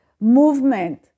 movement